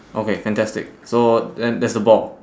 okay fantastic so then that's the ball